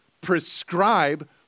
prescribe